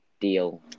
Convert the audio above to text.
deal